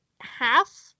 half